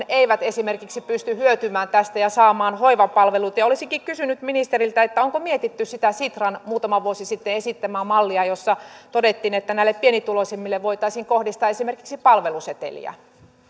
eivät pysty hyötymään tästä ja saamaan hoivapalveluita ja olisinkin kysynyt ministeriltä onko mietitty sitä sitran muutama vuosi sitten esittämää mallia jossa todettiin että näille pienituloisimmille voitaisiin kohdistaa esimerkiksi palveluseteleitä